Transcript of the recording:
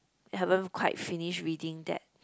haven't quite finish reading that